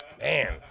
man